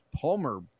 palmer